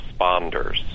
responders